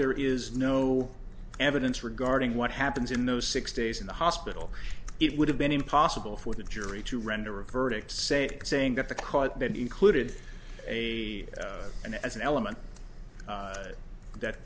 there is no evidence regarding what happens in those six days in the hospital it would have been impossible for the jury to render a verdict to say saying that the cause that included a and as an element that that